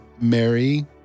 Mary